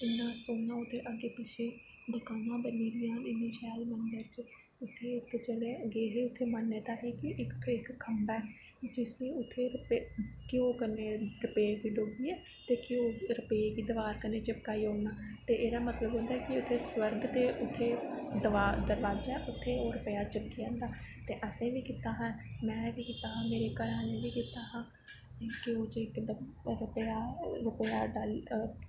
इन्ना सोह्ना उत्थें अग्गैं पिच्छें दकानां बनी दियां न इन्नी शैल मन्दर च उत्थें गे हे उत्थें मान्यता ही कि खम्भै जिंत्थें घ्यो कन्नै रपे गी डोबियै ते रपे गी दवार कन्नै चिपकाई ओड़ना ते उत्थें मान्यता ऐ स्वर्ग दा दरवाजा ऐ उत्थें ओह् रपे चिपकी जंदा ते असें बी कीता हा में बी कीता हा मेरे घरे आह्लैं बी कीता हा घ्यो च रपेआ